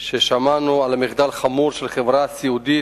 שמענו על מחדל חמור של חברה לשירותי סיעוד,